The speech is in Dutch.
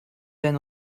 zijn